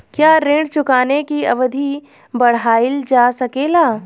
क्या ऋण चुकाने की अवधि बढ़ाईल जा सकेला?